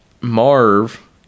marv